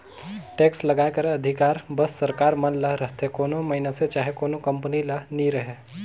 tax लगाए कर अधिकार बस सरकार मन ल रहथे कोनो मइनसे चहे कोनो कंपनी ल नी रहें